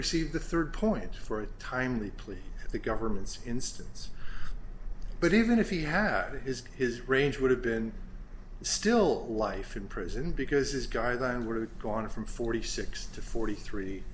received the third point for a timely plea the government's instance but even if he had it is his range would have been still life in prison because his guidelines would have gone from forty six to forty three